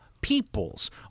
peoples